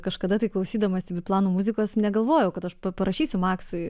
kažkada tai klausydamasi biplanų muzikos negalvojau kad aš pa parašysiu maksui